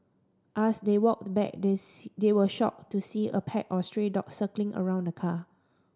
as they walked back they see they were shocked to see a pack of stray dogs circling around the car